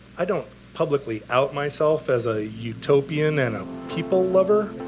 i don't publicly out myself as a utopian and a people-lover